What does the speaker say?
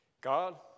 God